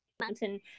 mountain